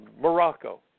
morocco